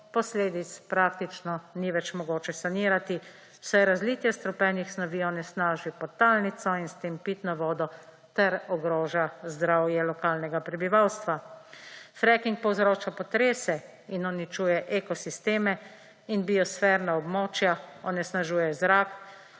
posledic praktično ni več mogoče sanirati, saj razlitje strupenih snovi onesnaži podtalnico in s tem pitno vodo ter ogroža zdravje lokalnega prebivalstva. Fracking povzroča potrese in uničuje ekosisteme in biosferna območja, onesnažuje zrak,